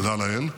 תודה לאל.